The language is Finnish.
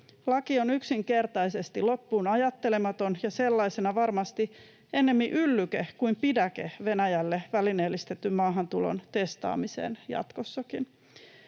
Laki on yksinkertaisesti loppuun ajattelematon ja sellaisena varmasti ennemmin yllyke kuin pidäke Venäjälle välineellistetyn maahantulon testaamiseen jatkossakin.